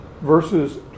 verses